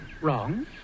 Wrong